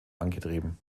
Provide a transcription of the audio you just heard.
angetrieben